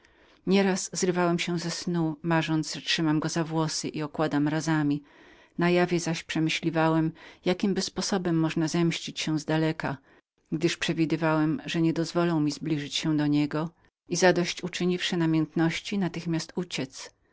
nieraz zrywałem się ze snu marząc że trzymałem go za włosy i okładałem razami na jawie zaś przemyśliwałem jakimby sposobem możnaby zemścić się z daleka gdyż przewidywałem że niedozwolą mi zbliżyć się do niego raz zadosyć uczyniwszy mojej namiętności chciałem natychmiast uciec